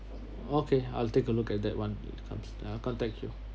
okay I'll take a look at that one comes uh contact you